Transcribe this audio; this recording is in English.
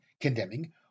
condemning